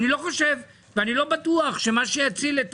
אני לא בטוח שמה שיציל את